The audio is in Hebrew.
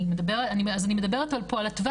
אז אני מדברת פה על הטווח,